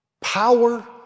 power